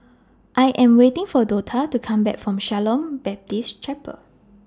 I Am waiting For Dortha to Come Back from Shalom Baptist Chapel